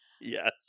Yes